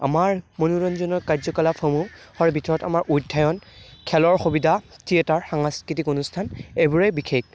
আমাৰ মনোৰঞ্জনৰ কাৰ্যকলাপসমূহৰ ভিতৰত আমাৰ উদ্যান খেলৰ সুবিধা থিয়েটাৰ সাংস্কৃতিক অনুষ্ঠান এইবোৰেই বিশেষ